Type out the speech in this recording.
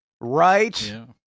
Right